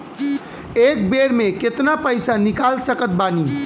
एक बेर मे केतना पैसा निकाल सकत बानी?